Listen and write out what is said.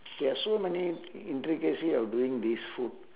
there are so many intricacy of doing this food